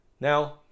now